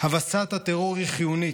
"הבסת הטרור היא חיונית,